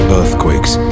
earthquakes